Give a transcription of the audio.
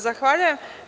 Zahvaljujem.